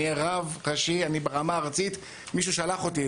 אני רב ראשי, אני ברמה הארצית, מישהו שלח אותי.